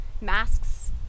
masks